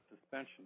suspension